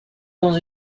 dans